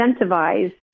incentivize